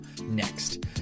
next